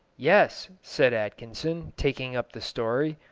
yes, said atkinson, taking up the story,